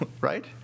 right